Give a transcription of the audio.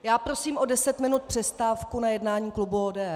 Já prosím o deset minut přestávku na jednání klubu ODS!